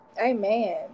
Amen